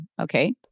okay